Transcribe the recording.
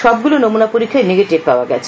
সবগুলো নমুলা পরীক্ষাই নেগেটিভ পাওয়া গেছে